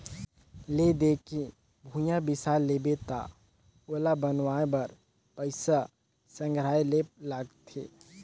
ले दे के भूंइया बिसा लेबे त ओला बनवाए बर पइसा संघराये ले लागथे